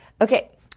Okay